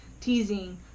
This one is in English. teasing